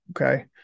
Okay